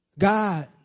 God